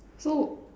so